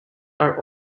are